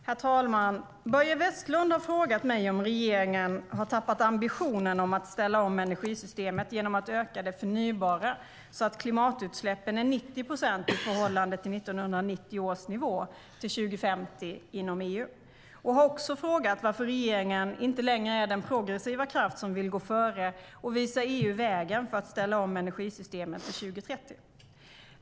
Herr talman! Börje Vestlund har frågat mig om regeringen har tappat ambitionen om att ställa om energisystemet genom att öka det förnybara så att klimatutsläppen är 90 procent i förhållande till 1990 års nivå till 2050 inom EU. Börje Vestlund har också frågat varför regeringen inte längre är den progressiva kraft som vill gå före och visa EU vägen för att ställa om energisystemen till 2030.